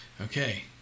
Okay